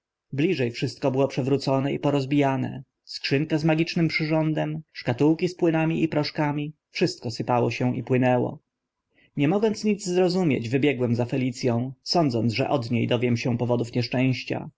bliże wszystko było przewrócone i porozbijane skrzynka z magicznym przyrządem szkatułki z płynami i proszkami wszystko sypało się i płynęło nie mogąc nic zrozumieć wybiegłem za felic ą sądziłem że od nie dowiem się powodów nieszczęścia